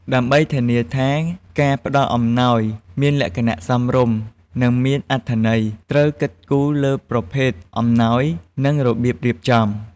ដើម្បីធានាថាការផ្តល់អំណោយមានលក្ខណៈសមរម្យ និងមានអត្ថន័យ ត្រូវគិតគូរលើប្រភេទអំណោយ និងរបៀបរៀបចំ។